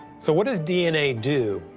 so what does dna do?